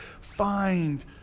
find